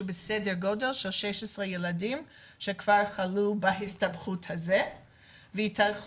בסדר גודל של 16 ילדים שכבר חלו בהסתבכות הזו וייתכן